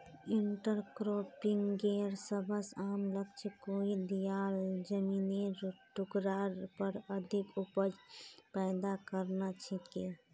इंटरक्रॉपिंगेर सबस आम लक्ष्य कोई दियाल जमिनेर टुकरार पर अधिक उपज पैदा करना छिके